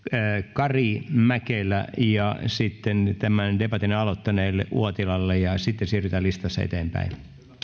kari mäkelä ja sitten tämän debatin aloittaneelle uotilalle ja sitten siirrytään listassa eteenpäin